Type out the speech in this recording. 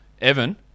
Evan